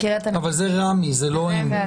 זה רמ"י, זה לא הם.